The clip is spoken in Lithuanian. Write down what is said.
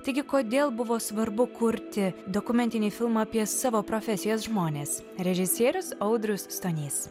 taigi kodėl buvo svarbu kurti dokumentinį filmą apie savo profesijos žmones režisierius audrius stonys